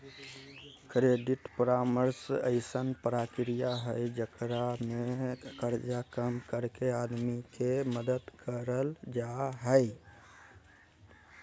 credit परामर्श अइसन प्रक्रिया हइ जेकरा में कर्जा कम करके आदमी के मदद करल जा हइ